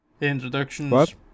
Introductions